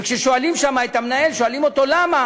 כששואלים שם את המנהל למה,